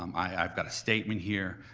um i've got a statement here.